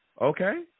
Okay